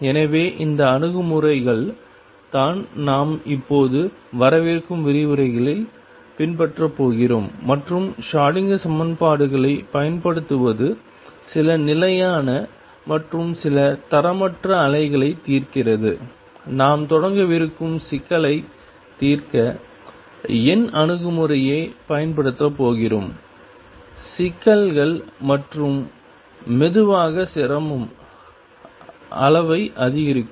எனவே இந்த அணுகுமுறைகள் தான் நாம் இப்போது வரவிருக்கும் விரிவுரைகளில் பின்பற்றப் போகிறோம் மற்றும் ஷ்ரோடிங்கர் சமன்பாடுகளைப் பயன்படுத்துவது சில நிலையான மற்றும் சில தரமற்ற அலைகளைத் தீர்க்கிறது நாம் தொடங்கவிருக்கும் சிக்கலைத் தீர்க்க எண் அணுகுமுறையைப் பயன்படுத்தப் போகிறோம் சிக்கல்கள் மற்றும் மெதுவாக சிரமம் அளவை அதிகரிக்கும்